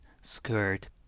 skirt